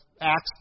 Acts